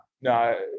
no